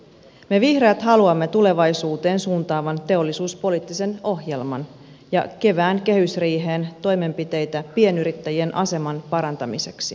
me vihreät haluamme tulevaisuuteen suuntaavan teollisuuspoliittisen ohjelman ja kevään kehysriiheen toimenpiteitä pienyrittäjien aseman parantamiseksi